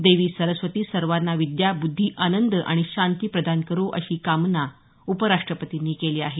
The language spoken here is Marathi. देवी सरस्वती सर्वांना विद्या बुद्धी आनंद आणि शांती प्रदान करो अशी कामना उपराष्ट्रपतींनी केली आहे